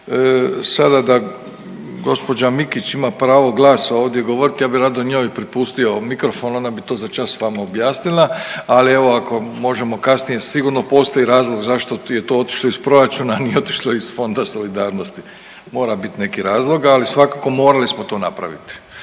Sada da gospođa Mikić ima pravo glasa ovdje govoriti ja bih rado njoj prepustio mikrofon, ona bi to za čas vama objasnila. Ali evo ako možemo kasnije sigurno postoji razlog zašto je to otišlo iz proračuna, nije otišlo iz Fonda solidarnosti. Mora biti neki razlog, ali svakako morali smo to napraviti.